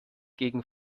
gegen